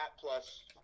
plus